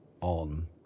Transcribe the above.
on